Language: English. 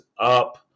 up